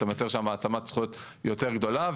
אתה מייצר שם העצמת זכויות יותר גדולה,